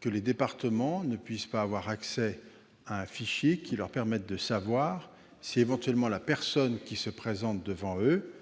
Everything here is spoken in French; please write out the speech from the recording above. que les départements ne puissent pas avoir accès à un fichier qui leur permette de savoir si, éventuellement, la personne qui se présente devant eux